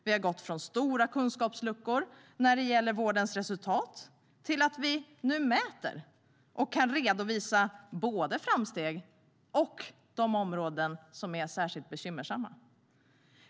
Vi har gått från stora kunskapsluckor när det gäller vårdens resultat till att vi nu mäter och kan redovisa både framsteg och de områden som är särskilt bekymmersamma.